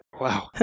Wow